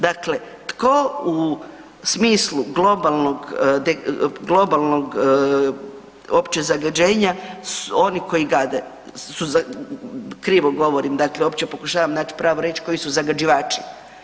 Dakle, tko u smislu globalnog opće zagađenja, oni koji gade, krivo govorim, dakle uopće pokušavam naći pravu riječ, koji su zagađivači.